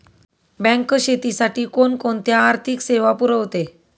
Bank शेतीसाठी कोणकोणत्या आर्थिक सेवा पुरवते?